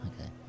okay